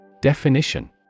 Definition